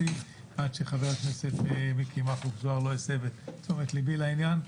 עד שחבר הכנסת מיקי מכלוף זוהר לא להסב את תשומת ליבי לעניין.